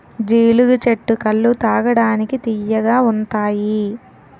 జీలుగు చెట్టు కల్లు తాగడానికి తియ్యగా ఉంతాయి